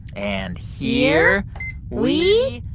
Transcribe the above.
and. here we